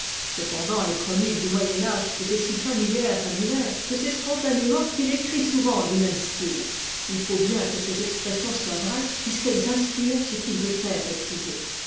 cependant les chroniques du moyen âge étaient si familières à müller que c'est spontanément qu'il écrit souvent du même style il faut bien que ses expressions soient vraies puisqu'elles inspirent ce qu'il veut faire éprouver